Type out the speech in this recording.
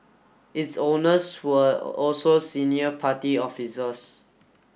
its owners were also senior party officers